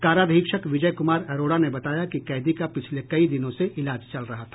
काराधीक्षक विजय कुमार अरोड़ा ने बताया कि कैदी का पिछले कई दिनों से इलाज चल रहा था